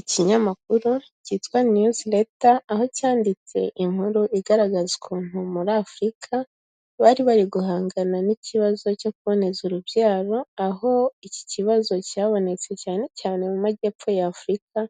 Ikinyamakuru cyitwa News Letter, aho cyanditse inkuru igaragaza ukuntu muri Afurika, bari bari guhangana n'ikibazo cyo kuboneza urubyaro, aho iki kibazo cyabonetse cyane cyane mu majyepfo y'Afurika,